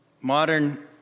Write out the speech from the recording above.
Modern